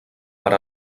per